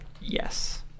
yes